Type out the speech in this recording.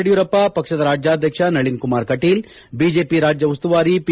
ಯಡಿಯೂರಪ್ಪ ಪಕ್ಷದ ರಾಜ್ಯಾಧ್ಯಕ್ಷ ನಳೀನ್ ಕುಮಾರ್ ಕಟೀಲ್ ಬಿಜೆಪಿ ರಾಜ್ಯ ಉಸ್ತುವಾರಿ ಪಿ